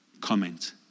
comment